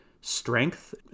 strength